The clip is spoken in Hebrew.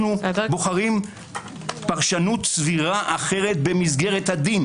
אנו בוחרים פרשנות סבירה אחרת במסגרת הדין